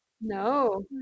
No